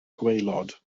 gwaelod